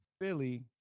philly